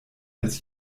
als